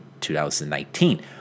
2019